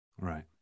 Right